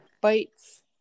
bites